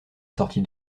sortie